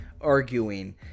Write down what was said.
arguing